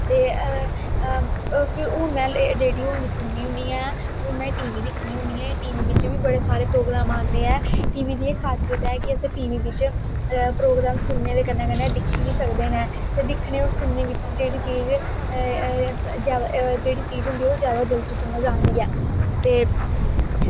ते फिर हुन में रेड़ियो बी नी सुननी होन्नी ऐं हुन में टी बी दिक्खनी होन्नी ऐ टी वी बिच्च बी बड़े सारे प्रोग्राम आंदे ऐ टी वी दी एह् खासियत ऐ कि असैं टी वी बिच्च प्रोग्राम सुनने दे कन्नै कन्नै दिक्खी बी सकदे नै दिक्खने और सुनने बिच्च जेह्ड़ी चीज़ जेह्ड़ी चीज़ होंदी ओह् जादा समझ आंदी ऐ ते